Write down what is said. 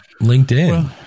linkedin